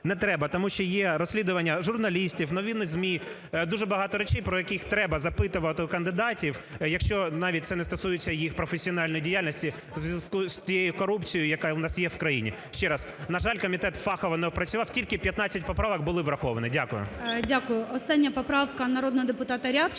не треба. Тому що є розслідування журналістів, новини ЗМІ, дуже багато речей, про які треба запитувати у кандидатів, якщо навіть це не стосується їх професіональної діяльності в зв'язку із тією корупцією, яка у нас є в країні. Ще раз, на жаль, комітет фахово не опрацював, тільки 15 поправок були враховані. Дякую.